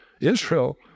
Israel